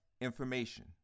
information